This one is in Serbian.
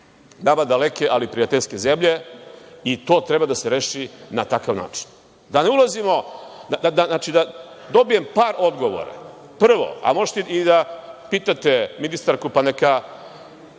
nama daleke ali prijateljske zemlje i to treba da se reši na takav način. Znači, da dobijem par odgovora. Prvo, a možete i da pitate ministarku pa neka